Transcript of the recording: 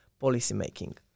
policymaking